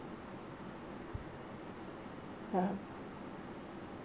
ya